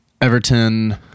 Everton